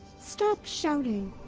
stop shouting!